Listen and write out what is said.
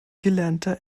gelernter